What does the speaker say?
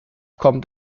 kommt